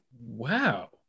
wow